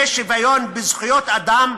זה שוויון בזכויות אדם,